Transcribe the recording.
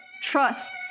Trust